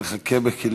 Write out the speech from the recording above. אנחנו נחכה בכיליון,